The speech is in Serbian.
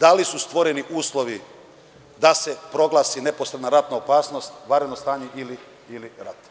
da li su stvoreni uslovi da se proglasi neposredna ratna opasnost, vanredno stanje ili rat?